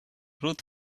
ruth